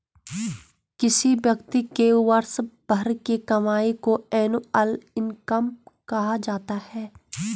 किसी व्यक्ति के वर्ष भर की कमाई को एनुअल इनकम कहा जाता है